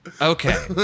Okay